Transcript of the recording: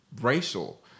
racial